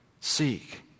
seek